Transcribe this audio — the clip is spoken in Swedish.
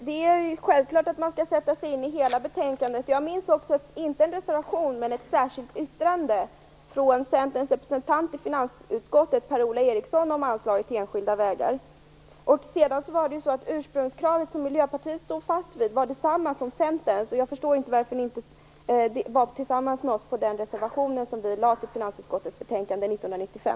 Herr talman! Det är självklart att man skall sätta sig in i hela betänkandet. Jag minns inte någon reservation men däremot ett särskilt yttrande från Centerns representant i finansutskottet, Per-Ola Eriksson, om anslaget till enskilda vägar. Ursprungskravet, som Miljöpartiet står fast vid, var detsamma som Centerns. Därför förstår jag inte varför ni inte tillsammans med oss kunde stå för den reservation som vi fogade till finansutskottets betänkande 1995.